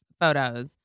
photos